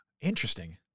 Interesting